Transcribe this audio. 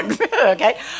okay